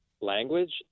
language